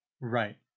Right